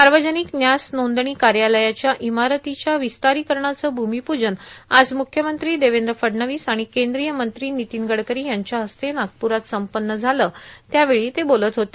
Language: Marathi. सावर्जानक न्यास र्नादणी कायालयाच्या इमारतीच्या विस्तारांकरणाचं भूर्मपूजन आज मुख्यमंत्री देवद्र फडणवीस आर्गाण कद्रीय मंत्री नितीन गडकरो यांच्या हस्ते नागपुरात संपन्न झालं त्यावेळी ते बोलत होते